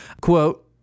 quote